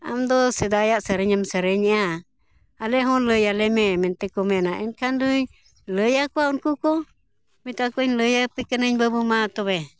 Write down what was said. ᱟᱢᱫᱚ ᱥᱮᱫᱟᱭᱟᱜ ᱥᱮᱨᱮᱧᱮᱢ ᱥᱮᱨᱮᱧᱮᱜᱼᱟ ᱟᱞᱮᱦᱚᱸ ᱞᱟᱹᱭᱟᱞᱮᱢᱮ ᱢᱮᱱᱛᱮ ᱠᱚ ᱢᱮᱱᱟ ᱮᱱᱠᱷᱟᱱ ᱫᱚᱧ ᱞᱟᱹᱭᱟᱠᱚᱣᱟ ᱩᱱᱠᱩ ᱠᱚ ᱢᱮᱛᱟ ᱠᱚᱣᱟᱧ ᱞᱟᱹᱭᱟᱯᱮ ᱠᱟᱹᱱᱟᱹᱧ ᱵᱟᱹᱵᱩ ᱢᱟᱼᱛᱚᱵᱮ